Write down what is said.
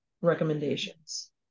recommendations